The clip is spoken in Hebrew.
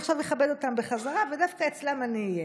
עכשיו אני אכבד אותם בחזרה ודווקא אצלם אני אהיה.